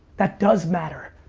that does matter.